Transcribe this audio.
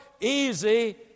easy